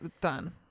done